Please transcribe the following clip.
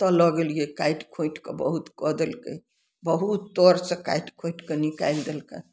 ओतऽ लऽ गेलियै काटि खूटिके बहुत कऽ देलकै बहुत तऽर सँ काटि खूटिके निकालि देलकनि